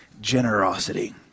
generosity